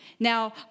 Now